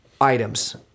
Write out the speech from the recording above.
items